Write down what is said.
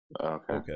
okay